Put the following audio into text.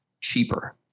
cheaper